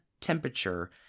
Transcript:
temperature